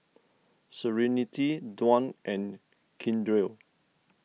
Serenity Dwan and Keandre